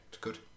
good